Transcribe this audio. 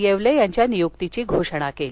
येवले यांच्या नियुक्तीची घोषणा केली